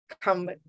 come